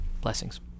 Blessings